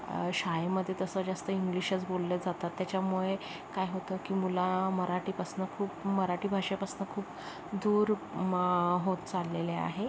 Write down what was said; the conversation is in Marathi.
शाळेमध्ये तसं जास्त इंग्लिशच बोललं जातात त्याच्यामुळे काय होतं की मुलं मराठीपासून खूप मराठी भाषेपासून खूप दूर होत चाललेले आहे